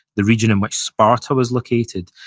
the region in which sparta was located.